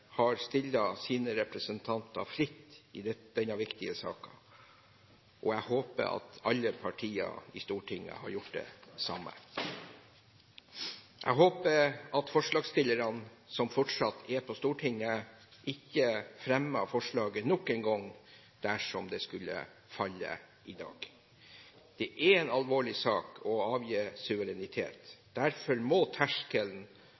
har stilt sine representanter fritt i denne viktige saken, og jeg håper at alle andre partier i Stortinget har gjort det samme. Jeg håper at forslagsstillerne som fortsatt er på Stortinget, ikke fremmer forslaget nok en gang dersom det skulle falle i dag. Det er en alvorlig sak å avgi suverenitet. Derfor må terskelen